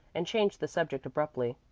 and changed the subject abruptly.